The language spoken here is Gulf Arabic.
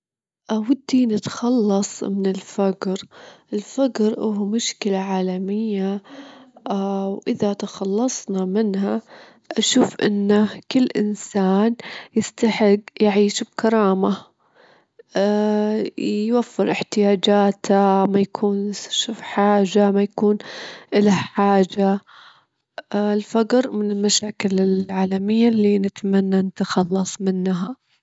أفضل الإستزادة- الإستزادة في الوجت، إنه يزيد وقتي، إنما المال اه ممكن أجدر أجمعه مع الوجت يعني وفي وجت قصير، لكن الوجت مرة محدود وما يتعوض، بالتالي استغلاله بشكل صحيح أهم، ومسألة الوجت عندي مسألة مهمة.